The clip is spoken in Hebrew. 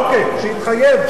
אוקיי, שיתחייב.